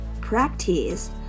Practice